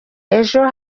ejo